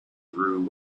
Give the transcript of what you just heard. through